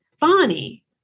Bonnie